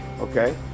Okay